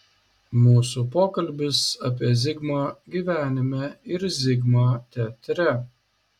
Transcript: mūsų pokalbis apie zigmą gyvenime ir zigmą teatre